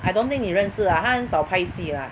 I don't think 你认识她很少拍戏 lah